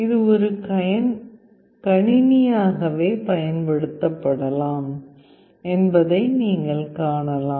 இது ஒரு கணினியாகவே பயன்படுத்தப்படலாம் என்பதை நீங்கள் காணலாம்